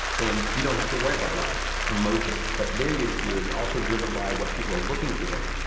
and you don't have to worry about a lot of promotions. but there you're you're also driven by what people are looking for.